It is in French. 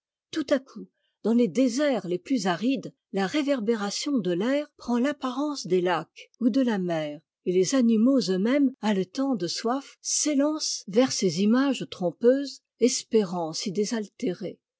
tout à coup dans les déserts les plus arides la réverbération de l'air prend l'apparence des lacs ou de la mer et les animaux eux-mêmes haletant de soif s'élancent vers ces images trompeuses espérant s'y désaltérer